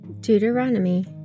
Deuteronomy